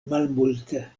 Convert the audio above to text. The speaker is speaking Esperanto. malmulte